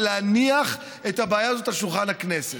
ולהניח את הבעיה הזאת על שולחן הכנסת?